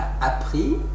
appris